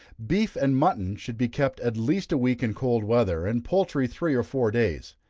beef and mutton should be kept at least a week in cold weather, and poultry three or four days.